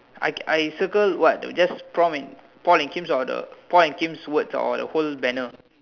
I I I circle what though just Paul and Paul and Kim's or the Paul and Kim's words or the whole banner